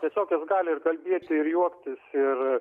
tiesiog jis gali ir kalbėti ir juoktis ir